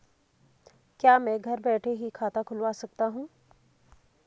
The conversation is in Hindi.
क्या मैं घर बैठे ही खाता खुलवा सकता हूँ?